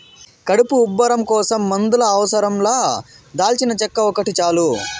కడుపు ఉబ్బరం కోసం మందుల అవసరం లా దాల్చినచెక్క ఒకటి చాలు